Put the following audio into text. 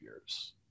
years